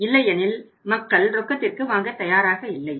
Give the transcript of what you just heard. இல்லையெனில் மக்கள் ரொக்கத்திற்கு வாங்க தயாராக இல்லை